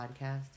podcast